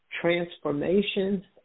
transformation